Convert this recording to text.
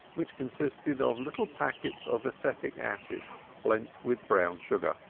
which consisted of little packets of acetic acid blent with brown sugar.